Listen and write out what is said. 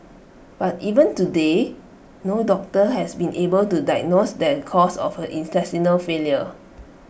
but even today no doctor has been able to diagnose the cause of her intestinal failure